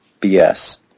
BS